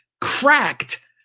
cracked